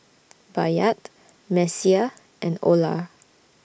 Bayard Messiah and Olar